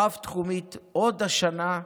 רב-תחומית, עוד השנה.